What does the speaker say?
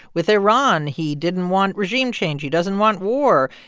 with iran, he didn't want regime change. he doesn't want war.